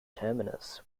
terminus